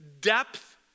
depth